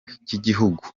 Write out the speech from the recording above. cy’igihugu